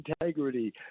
integrity